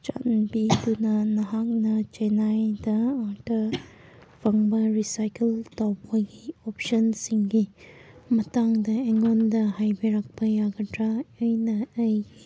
ꯆꯥꯟꯕꯤꯗꯨꯅ ꯅꯍꯥꯛꯅ ꯆꯦꯟꯅꯥꯏꯗ ꯑꯣꯔ ꯇ ꯐꯪꯕ ꯔꯤꯁꯥꯏꯀꯜ ꯇꯧꯕꯒꯤ ꯑꯣꯞꯁꯟꯁꯤꯡꯒꯤ ꯃꯇꯥꯡꯗ ꯑꯩꯉꯣꯟꯗ ꯍꯥꯏꯕꯤꯔꯛꯄ ꯌꯥꯒꯗ꯭ꯔ ꯑꯩꯅ ꯑꯩꯒꯤ